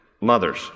mothers